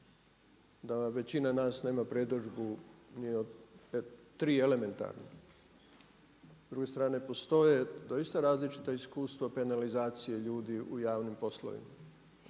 da većina nas nema predodžbu ni o tri elementarna. S druge strane postoje doista različita iskustva penalizacije ljudi u javnim poslovima.